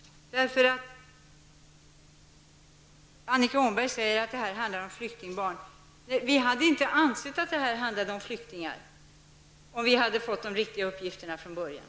Annika Åhnberg säger att det här handlar om flyktingbarn. Vi hade inte ansett att det handlar om flyktingar om vi hade fått de riktiga uppgifterna från början.